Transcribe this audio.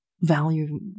value